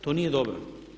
To nije dobro.